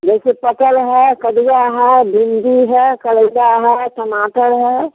जैसे पटल है कदुआ है भिंडी है कलइया है टमाटर है